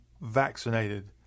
vaccinated